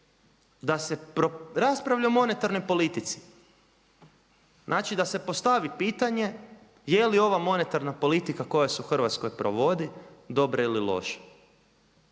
da se raspravlja o monetarnoj politici. Znači da se postavi pitanje je li ova monetarna politika koja se u Hrvatskoj provodi dobra ili loša.